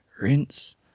Rinse